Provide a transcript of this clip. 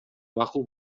макул